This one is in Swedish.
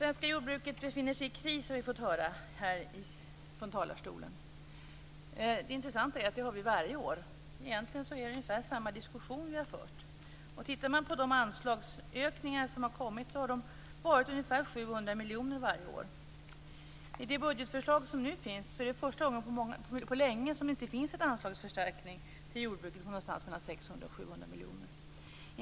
Det har från den här talarstolen hävdats att det svenska jordbruket befinner sig i kris. Det intressanta är att vi får höra detta varje år. Det är egentligen ungefär samma diskussion som vi har fört. Anslagsökningarna har uppgått till ungefär 700 miljoner varje år. I det budgetförslag som nu föreligger finns det för första gången på länge inte någon anslagsförstärkning till jordbruket om ca 600-700 miljoner.